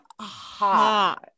hot